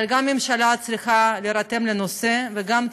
אבל גם הממשלה צריכה להירתם לנושא, וגם הציבור,